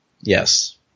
yes